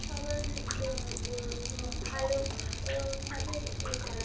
সবার এ ভালো ও ভালোভাবে এ করা